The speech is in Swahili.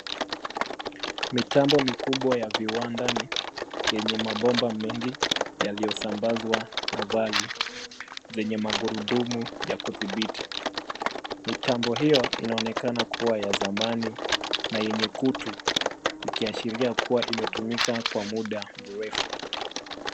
Mitambo mikubwa ya viwandani yenye mabomba mengi yaliyosambazwa na vali zenye magurudumu ya kudhibiti. Mitambo hiyo inaonekana kuwa ya zamani na yenye kutu, ikiashiria kuwa imetumika kwa muda mrefu.